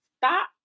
stop